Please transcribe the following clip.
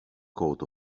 coat